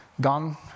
gone